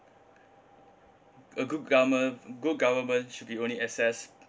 a good government a good government should be only assessed